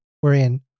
wherein